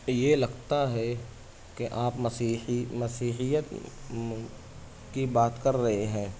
یہ لگتا ہے کہ آپ مسیحی مسیحیت کی بات کر رہے ہیں